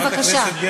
בבקשה.